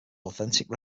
authentic